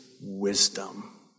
wisdom